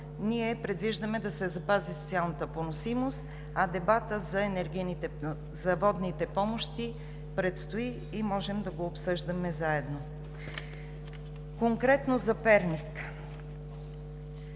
ние предвиждаме да се запази социалната поносимост, а дебатът за водните помощи предстои и можем да го обсъждаме заедно. Конкретно за Перник.